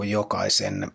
jokaisen